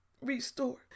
restore